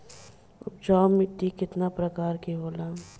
उपजाऊ माटी केतना प्रकार के होला?